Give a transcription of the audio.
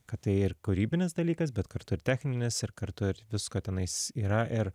kad tai ir kūrybinis dalykas bet kartu ir techninis ir kartu ir visko tenais yra ir